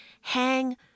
hang